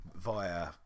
via